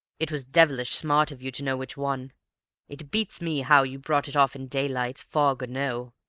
it was devilish smart of you to know which one it beats me how you brought it off in daylight, fog or no